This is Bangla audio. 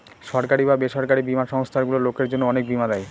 সরকারি বা বেসরকারি বীমা সংস্থারগুলো লোকের জন্য অনেক বীমা দেয়